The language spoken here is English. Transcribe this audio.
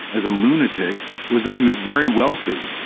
as a lunatic, was that he was very wealthy,